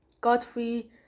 Godfrey